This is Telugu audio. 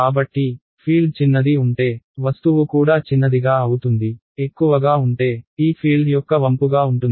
కాబట్టి ఫీల్డ్ చిన్నది ఉంటే వస్తువు కూడా చిన్నదిగా అవుతుంది ఎక్కువగా ఉంటే ఈ ఫీల్డ్ యొక్క వంపుగా ఉంటుంది